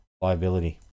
liability